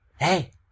hey